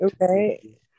Okay